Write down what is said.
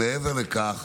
מעבר לכך,